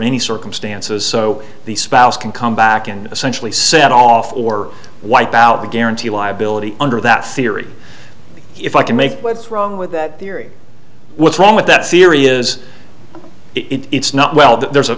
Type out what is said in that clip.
any circumstances so the spouse can come back and essentially set off or wipe out the guarantee liability under that theory if i can make what's wrong with that theory what's wrong with that theory is it it's not well that there's a